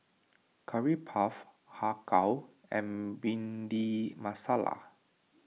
Curry Puff Har Kow and Bhindi Masala